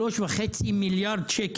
3.5 מיליארד ₪